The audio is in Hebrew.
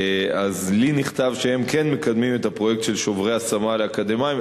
אז לי נכתב שהם כן מקדמים את הפרויקט של שוברי השמה לאקדמאים.